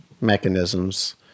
mechanisms